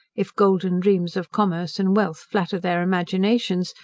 if golden dreams of commerce and wealth flatter their imaginations,